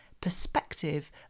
perspective